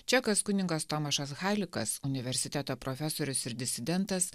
čekas kunigas tomašas halikas universiteto profesorius ir disidentas